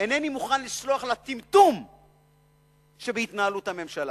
אינני מוכן לסלוח לטמטום שבהתנהלות הממשלה.